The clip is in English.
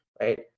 Right